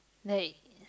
like